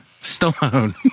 Stone